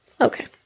Okay